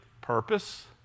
purpose